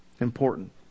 Important